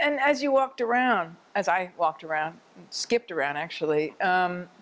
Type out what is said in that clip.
and as you walked around as i walked around skipped around actually